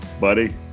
buddy